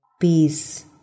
peace